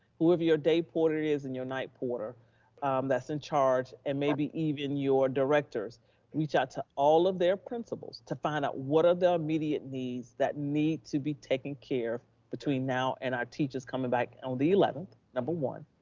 whoever your day porter is and your night porter that's in charge. and maybe even your directors reach out to all of their principals to find out what are the immediate needs that need to be taken care of between now and our teachers coming back on the eleventh, number one,